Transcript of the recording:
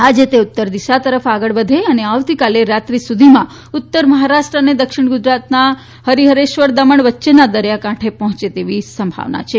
આજે તે ઉત્તર દિશા તરફ આગળ વધે અને આવતીકાલે રાત્રી સુધીમાં ઉત્તર મહારાષ્ટ્ર અને દક્ષિણ ગુજરાતના હરીહેશ્વર દમણ વચ્ચેના દરિયા કાંઠે પહોંચે તેવી શક્યતા છે